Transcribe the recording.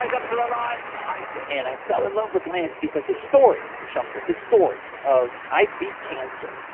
up to the line and i fell in love with lance because his story, shankar, his story of, i beat cancer.